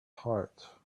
heart